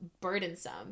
burdensome